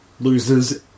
loses